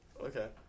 Okay